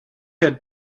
had